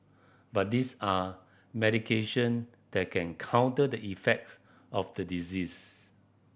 but this are medication that can counter the effects of the disease